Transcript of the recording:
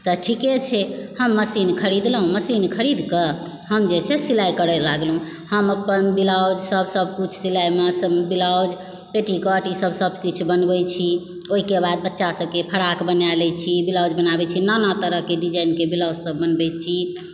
तऽ ठीके छै हम मशीन खरीदलहुँ मशीन खरीद कऽ हम जे छै सिलाइ करै लागलहुँ हम अपन ब्लाउज सब सब किछु सिलाइमे बलाउज पेटीकोट ई सब किछु बनबै छी ओहिके बाद बच्चा सबके फ्रॉक बना लै छी ब्लाउज बना लै छी नाना तरहकेँ डिजाइनके ब्लाउज सब बनबै छी